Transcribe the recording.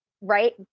right